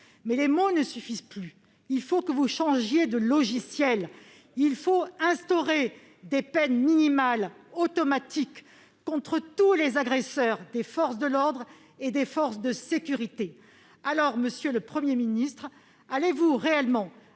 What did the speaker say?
mais les mots ne suffisent plus : il faut que vous changiez de logiciel ! On l'a fait ! Il faut instaurer des peines minimales automatiques contre tous les agresseurs des forces de l'ordre et de sécurité. Monsieur le Premier ministre, allez-vous réellement